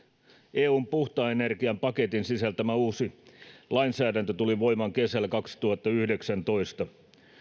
eun puhtaan energian paketin sisältämä uusi lainsäädäntö tuli voimaan kesällä kaksituhattayhdeksäntoista